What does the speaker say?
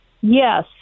Yes